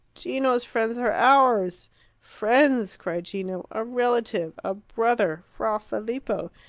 gino's friends are ours friends? cried gino. a relative! a brother! fra filippo,